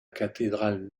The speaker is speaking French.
cathédrale